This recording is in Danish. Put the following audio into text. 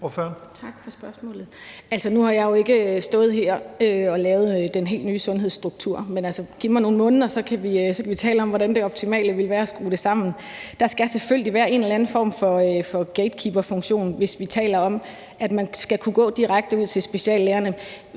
Nu har jeg jo ikke stået her og lavet den helt nye sundhedsstruktur. Men giv mig nogle måneder, og så kan vi tale om, hvad det optimale ville være. Der skal selvfølgelig være en eller anden form for gatekeeperfunktion, hvis vi taler om, at man skal kunne gå direkte ud til speciallægerne.